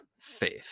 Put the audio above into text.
faith